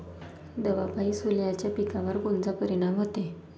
दवापायी सोल्याच्या पिकावर कोनचा परिनाम व्हते?